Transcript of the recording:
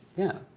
yeah.